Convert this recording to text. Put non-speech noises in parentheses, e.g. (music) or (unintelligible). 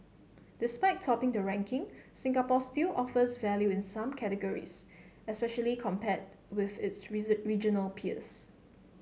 despite topping the ranking Singapore still offers value in some categories especially compared with its (unintelligible) regional peers